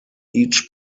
each